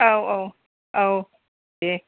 औ औ औ दे